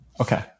Okay